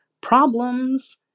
problems